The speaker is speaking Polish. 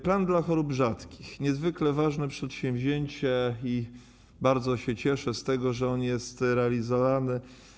Plan dla chorób rzadkich, to niezwykle ważne przedsięwzięcie i bardzo się cieszę z tego, że on jest realizowany.